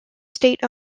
state